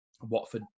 Watford